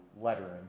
lettering